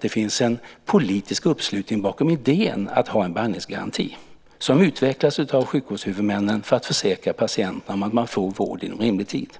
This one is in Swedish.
Det finns nämligen en politisk uppslutning bakom idén om att ha en behandlingsgaranti som utvecklas av sjukvårdshuvudmännen för att försäkra patienterna om att man får vård inom rimlig tid.